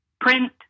print